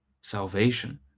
Salvation